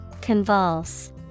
Convulse